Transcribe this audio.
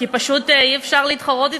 כי פשוט אי-אפשר להתחרות בך,